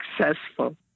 successful